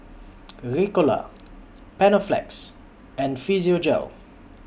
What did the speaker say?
Ricola Panaflex and Physiogel